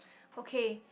okay